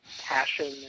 passion